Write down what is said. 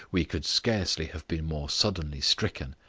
we could scarcely have been more suddenly stricken.